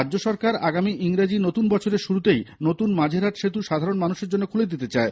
রাজ্য সরকার আগামী ইংরেজী নতুন বছরের শুরুতেই নতুন মাঝেরহাট সেতু সাধারণ মানুষের জন্য খুলে দিতে চায়